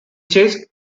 chased